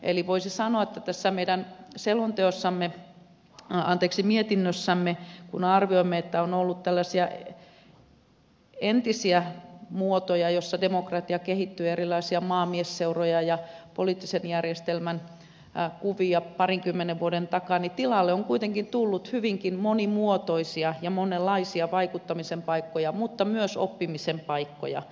eli voisi sanoa että tässä meidän mietinnössämme kun arvioimme että on ollut tällaisia entisiä muotoja joissa demokratia kehittyy erilaisia maamiesseuroja ja poliittisen järjestelmän kuvia parinkymmenen vuoden takaa niin tilalle on kuitenkin tullut hyvinkin monimuotoisia ja monenlaisia vaikuttamisen paikkoja mutta myös oppimisen paikkoja